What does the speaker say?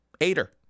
Aider